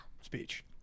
speech